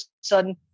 sudden